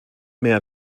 mehr